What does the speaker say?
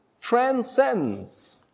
transcends